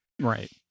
right